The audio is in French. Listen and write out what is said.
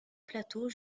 plateau